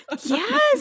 Yes